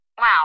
Wow